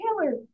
Taylor